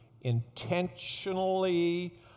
intentionally